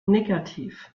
negativ